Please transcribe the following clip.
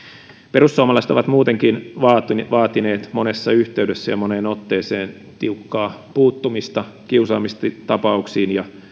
perussuomalaiset ovat muutenkin vaatineet vaatineet monessa yhteydessä ja moneen otteeseen tiukkaa puuttumista kiusaamistapauksiin ja